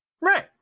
Right